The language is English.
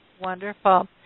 Wonderful